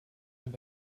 eine